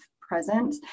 present